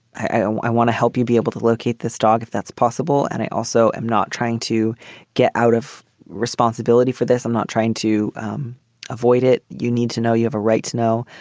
i i want to help you be able to locate this dog, if that's possible. and i also am not trying to get out of responsibility for this. i'm not trying to avoid it. you need to know you have a right to know.